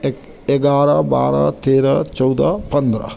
एगारह बारह तेरह चौदह पन्द्रह